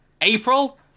April